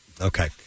Okay